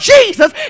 Jesus